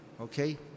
Okay